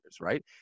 right